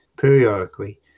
periodically